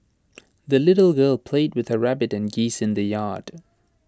the little girl played with her rabbit and geese in the yard